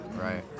right